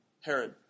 Herod